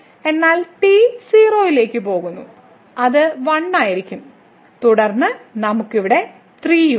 ഇതിൽ t 0 ലേക്ക് പോകുന്നു അത് 1 ആയിരിക്കും തുടർന്ന് നമുക്ക് ഇവിടെ 3 ഉണ്ട്